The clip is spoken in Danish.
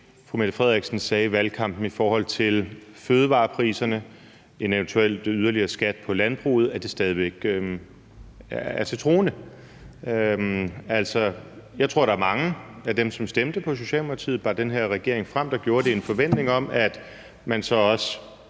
fru Mette Frederiksen sagde i valgkampen i forhold til fødevarepriserne og en eventuel yderligere skat på landbruget, stadig væk står til troende. Jeg tror, at mange af dem, som stemte på Socialdemokratiet og bar den her regering frem, gjorde det i en forventning om, at man så også